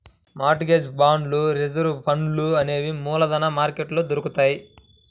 mart gauge బాండ్లు reserve ఫండ్లు అనేవి మూలధన మార్కెట్లో దొరుకుతాయ్